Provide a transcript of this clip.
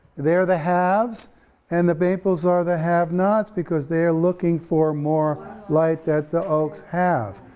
they're the haves and the maples are the have-nots because they're looking for more light that the oaks have.